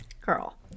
Girl